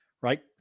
right